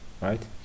Right